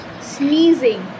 Sneezing